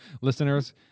listeners